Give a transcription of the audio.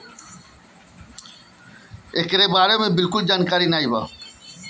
केहू तोहरा ए.टी.एम चोरा लेहलस तबो एके ब्लाक कर देवे के चाही